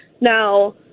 Now